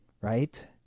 right